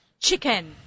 Chicken